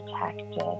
protected